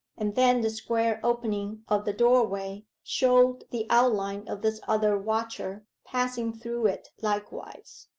and then the square opening of the doorway showed the outline of this other watcher passing through it likewise.